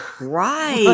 Right